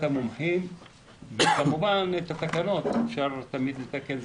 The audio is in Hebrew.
המומחים וכמובן את התקנות אפשר תמיד לתקן,